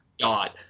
God